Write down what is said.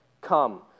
Come